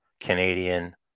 Canadian